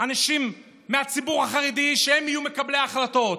אנשים מהציבור החרדי, שהם יהיו מקבלי ההחלטות.